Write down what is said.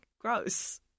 gross